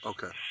Okay